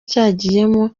cyagiyemo